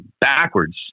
backwards